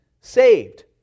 saved